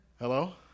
Hello